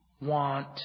want